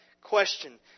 question